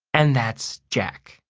and that's jack.